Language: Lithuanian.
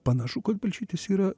panašu kad balčytis yra